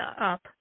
up